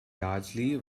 largely